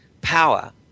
power